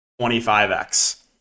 25x